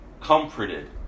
comforted